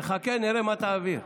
נחכה, נראה מה תעביר.